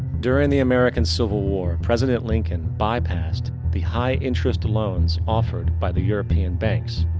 during the american civil war president lincoln bypassed the high interest loans offered by the european banks,